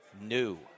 new